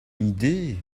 idée